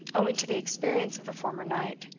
owing to the experience of the former night,